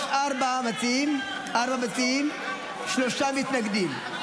יש ארבעה מציעים ויש שלושה מתנגדים,